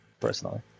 Personally